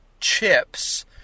chips